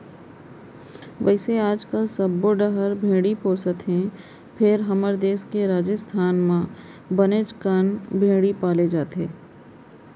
वैसे आजकाल सब्बो डहर भेड़ी पोसत हें फेर हमर देस के राजिस्थान म बनेच कन भेड़ी पालन होथे